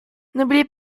n’oublie